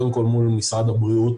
קודם כל מול משרד הבריאות